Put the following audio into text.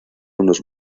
unos